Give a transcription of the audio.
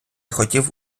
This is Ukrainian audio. хотів